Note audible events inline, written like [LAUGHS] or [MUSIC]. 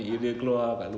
[LAUGHS]